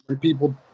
people